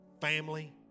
family